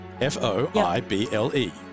f-o-i-b-l-e